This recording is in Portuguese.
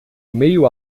meio